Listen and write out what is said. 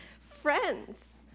friends